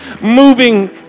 moving